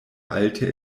alte